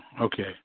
Okay